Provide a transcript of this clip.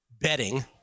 betting